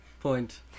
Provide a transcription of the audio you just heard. point